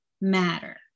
matter